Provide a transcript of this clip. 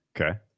Okay